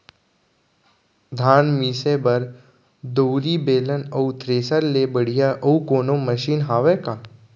धान मिसे बर दउरी, बेलन अऊ थ्रेसर ले बढ़िया अऊ कोनो मशीन हावे का?